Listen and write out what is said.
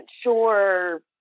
sure